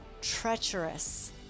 treacherous